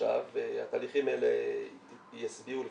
עכשיו והתהליכים האלה לפי דעתי ישביעו את